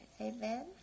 Amen